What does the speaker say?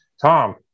Tom